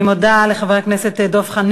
אני מודה לדב חנין.